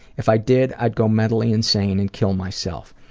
if i did, i'd go mentally insane and kill myself.